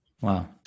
Wow